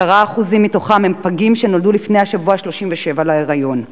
10% מתוכם הם פגים שנולדו לפני השבוע ה-37 להיריון.